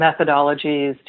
methodologies